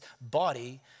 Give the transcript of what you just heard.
body